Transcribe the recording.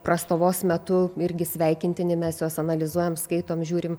prastovos metu irgi sveikintini mes juos analizuojam skaitom žiūrim